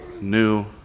new